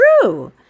true